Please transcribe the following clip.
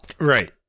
Right